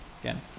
Again